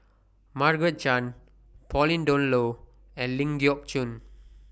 Margaret Chan Pauline Dawn Loh and Ling Geok Choon